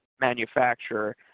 manufacturer